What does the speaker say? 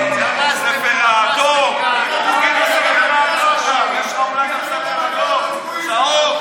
הספר האדום, יש ספר אדום, צהוב,